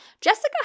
Jessica